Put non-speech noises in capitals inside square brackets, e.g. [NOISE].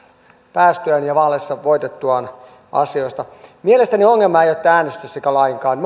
päästyään ja vaaleissa voitettuaan asioista mielestäni ongelma ei ole tämä äänestysikä lainkaan [UNINTELLIGIBLE]